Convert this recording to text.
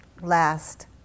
Last